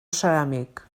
ceràmic